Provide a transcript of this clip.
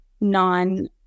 non